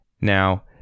Now